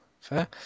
fair